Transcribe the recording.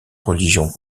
religions